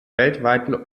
weltweiten